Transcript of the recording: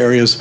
areas